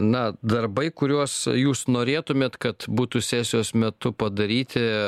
na darbai kuriuos jūs norėtumėt kad būtų sesijos metu padaryti